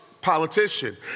politician